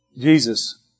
Jesus